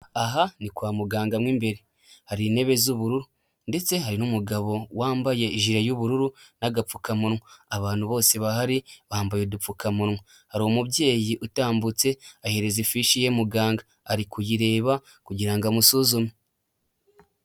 Aha ni kwa muganga mo imbere, hari intebe z'ubururu ndetse hari n'umugabo wambaye ijire y'ubururu n'agapfukamunwa abantu bose bahari bambaye udupfukamunwa, hari umubyeyi utambutse ahereza ifishi ye muganga arikuyireba kugira amusuzume.